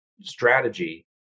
strategy